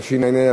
התשע"ה 2014,